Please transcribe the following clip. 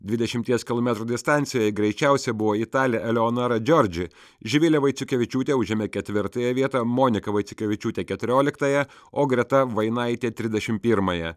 dvidešimties kilometrų distancijoj greičiausia buvo italė eleonora džiordži živilė vaiciukevičiūtė užėmė ketvirtąją vietą monika vaiciukevičiūtė keturioliktąją o greta vainaitė trisdešim pirmąją